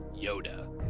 Yoda